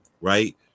Right